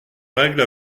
règle